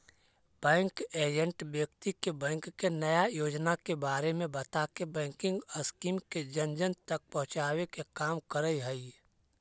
bank agent व्यक्ति के bank के नया योजना के बारे में बताके बैंकिंग स्कीम के जन जन तक पहुंचावे के काम करऽ हइ